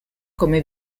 come